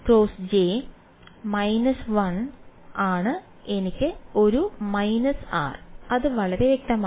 − 12 minus പോയി j × j 1 ആണ് എനിക്ക് ഒരു − r അത് വളരെ വ്യക്തമാണ്